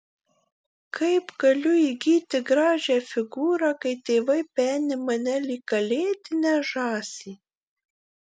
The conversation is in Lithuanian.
kaip galiu įgyti gražią figūrą kai tėvai peni mane lyg kalėdinę žąsį